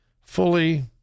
fully